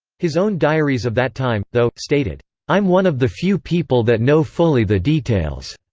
his own diaries of that time, though, stated i'm one of the few people that know fully the details.